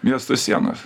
miesto sienos